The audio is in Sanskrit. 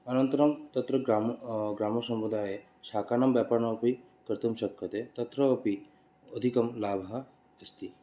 अनन्तरं तत्र ग्रामसमुदाये शाकानां व्यापारणम् अपि कर्तुं शक्यते तत्र अपि अधिकः लाभः अस्ति